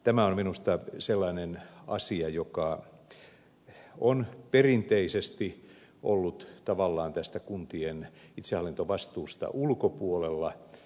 tämä on minusta sellainen asia joka on perinteisesti ollut tavallaan tästä kuntien itsehallintovastuusta ulkopuolella